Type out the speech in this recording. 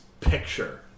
picture